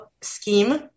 scheme